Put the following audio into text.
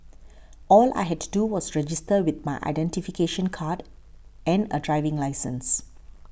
all I had to do was register with my identification card and a driving licence